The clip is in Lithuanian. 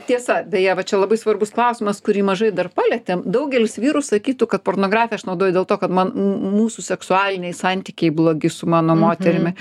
tiesa beje va čia labai svarbus klausimas kurį mažai dar palietėm daugelis vyrų sakytų kad pornografiją aš naudoju dėl to kad man m m mūsų seksualiniai santykiai blogi su mano moterimi